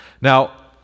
Now